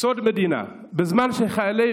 סוד מדינה, בזמן שחיילים